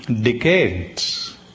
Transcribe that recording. decades